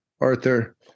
Arthur